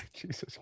Jesus